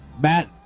Matt